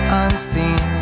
unseen